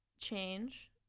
change